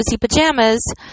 pajamas